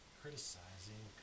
criticizing